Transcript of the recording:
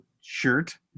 shirt